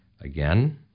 again